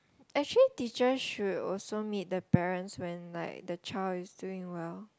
actually teacher should also meet the parents when like the child is doing well